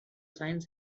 signs